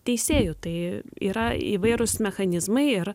teisėjų tai yra įvairūs mechanizmai ir